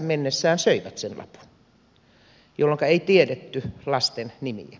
mennessään nälkäänsä söivät sen lapun jolloinka ei tiedetty lasten nimiä